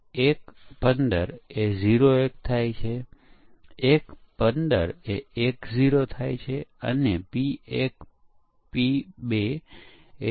હવે ચાલો જોઈએ કે ક્યાં વિવિધ પ્રકારના પરીક્ષકો હોય શકે છે